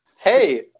Hey